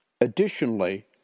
Additionally